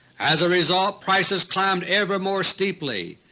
as a result, prices climbed ever more steeply.